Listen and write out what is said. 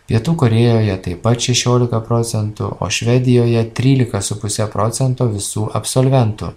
pietų korėjoje taip pat šešiolika procentų o švedijoje trylika su puse procento visų absolventų